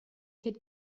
could